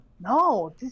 No